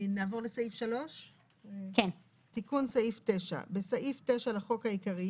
נעבור לסעיף 3. "תיקון סעיף 9 3.בסעיף 9 לחוק העיקרי